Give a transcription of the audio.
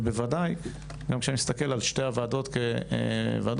בוודאי כשאני מסתכל על שתי הוועדות כוועדות,